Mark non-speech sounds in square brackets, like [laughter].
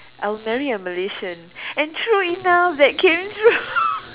I will marry a Malaysian and true enough that came true [laughs]